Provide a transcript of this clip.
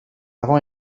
avant